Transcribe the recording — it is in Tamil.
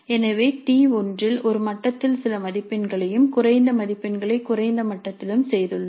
எனவே T1 இல் ஒரு மட்டத்தில் சில மதிப்பெண்களையும் குறைந்த மதிப்பெண்களை குறைந்த மட்டத்திலும் செய்துள்ளோம்